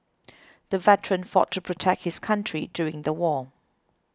the veteran fought to protect his country during the war